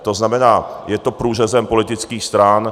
To znamená, že je to průřezem politických stran.